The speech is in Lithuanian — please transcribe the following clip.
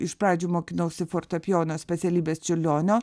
iš pradžių mokinausi fortepijono specialybės čiurlionio